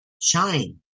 shine